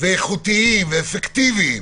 איכותיים ואפקטיביים